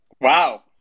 Wow